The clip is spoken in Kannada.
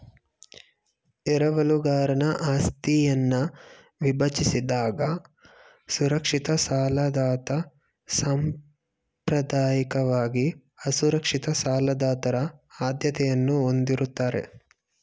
ಎರವಲುಗಾರನ ಆಸ್ತಿಯನ್ನ ವಿಭಜಿಸಿದಾಗ ಸುರಕ್ಷಿತ ಸಾಲದಾತ ಸಾಂಪ್ರದಾಯಿಕವಾಗಿ ಅಸುರಕ್ಷಿತ ಸಾಲದಾತರ ಆದ್ಯತೆಯನ್ನ ಹೊಂದಿರುತ್ತಾರೆ